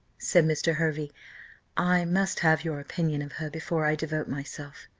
said mr. hervey i must have your opinion of her before i devote myself.